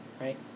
Right